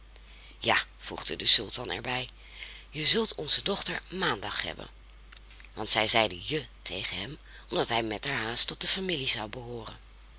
ja voegde de sultan er bij je zult onze dochter maandag hebben want zij zeiden je tegen hem omdat hij metterhaast tot de familie zou behooren